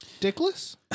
Dickless